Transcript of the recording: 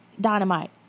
Dynamite